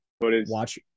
Watch